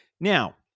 Now